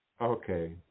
Okay